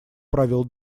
провел